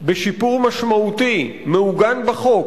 בשיפור משמעותי, מעוגן בחוק,